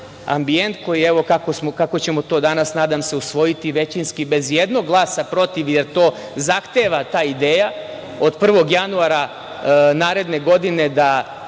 ambijent koji, kako ćemo to danas, nadam se, usvojiti većinski, bez jednog glasa protiv, jer to zahteva ta ideja, od 1. januara naredne godine da